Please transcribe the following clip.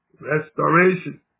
restoration